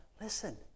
listen